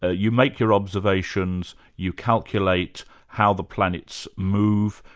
ah you make your observations, you calculate how the planets move,